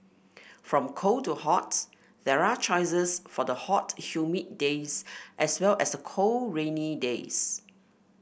from cold to hot there are choices for the hot humid days as well as the cold rainy days